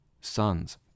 sons